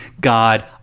god